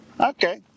okay